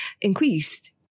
increased